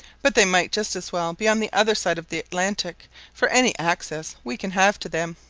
but they might just as well be on the other side of the atlantic for any access we can have to them.